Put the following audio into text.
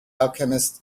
alchemist